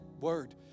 word